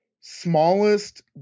smallest